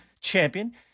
champion